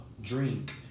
drink